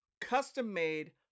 custom-made